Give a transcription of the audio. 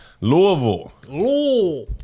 Louisville